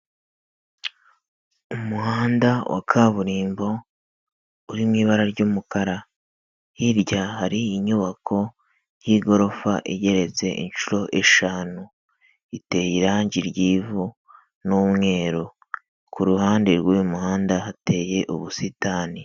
Umuhanda wa kaburimbo uri mu ibara ry'umukara, hirya hari inyubako y'igorofa igereretse inshuro eshanu, iteye irangi r'vu n'umweru, ku ruhande rw'uyu muhanda hateye ubusitani.